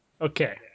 Okay